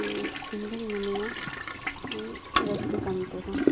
ᱤᱧ ᱫᱩᱧ ᱢᱚᱱᱮᱭᱟ ᱨᱟᱹᱥᱠᱟᱹ ᱠᱟᱹᱢᱤ ᱠᱚᱫᱚ